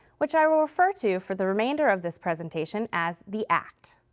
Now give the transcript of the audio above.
which i will refer to for the remainder of this presentation as the act.